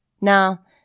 Now